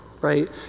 right